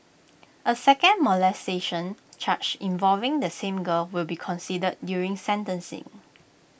A second molestation charge involving the same girl will be considered during sentencing